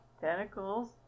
tentacles